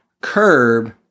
curb